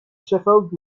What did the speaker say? sheffield